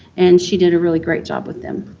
and she did a really great job with them.